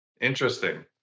Interesting